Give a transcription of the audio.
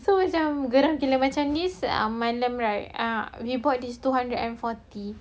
so macam geram gila macam ini set alarm right um we bought this two hundred and forty